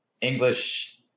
English